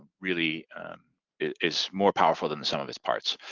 really is more powerful than the sum of its parts.